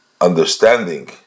understanding